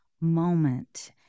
moment